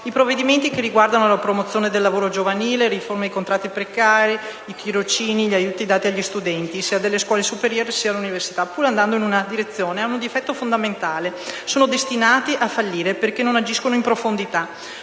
I provvedimenti che riguardano la promozione del lavoro giovanile, la riforma dei contratti precari, i tirocini e gli aiuti dati agli studenti, sia delle scuole superiori sia dell'università, pur andando nella buona direzione, hanno un difetto fondamentale: sono destinati a fallire perché non agiscono in profondità.